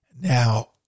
Now